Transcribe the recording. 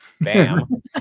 Bam